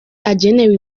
agenewe